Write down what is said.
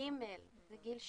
ג', זה גיל 7,